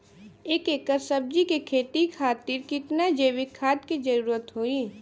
एक एकड़ सब्जी के खेती खातिर कितना जैविक खाद के जरूरत होई?